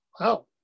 Wow